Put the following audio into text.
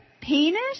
penis